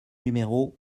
numéro